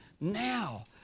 now